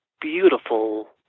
beautiful